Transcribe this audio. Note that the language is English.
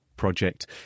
project